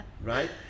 right